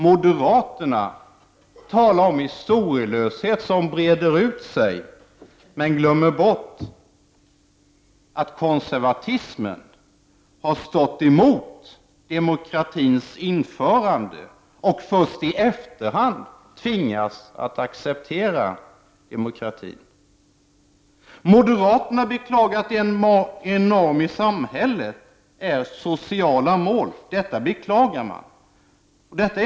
Moderaterna talar om historielösheten som breder ut sig men glömmer bort att konservatismen har gått emot demokratins införande och först i efterhand tvingats att acceptera demokratin. Moderaterna beklagar att sociala mål är en norm i samhället.